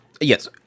Yes